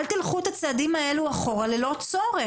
אל תוליכו את הצעדים האלה אחורה ללא צורך,